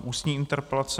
Ústní interpelace